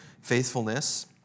Faithfulness